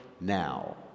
now